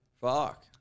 Fuck